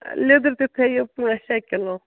لیٚدٕر تہِ تھٲیِو پانٛژھ شےٚ کِلوٗ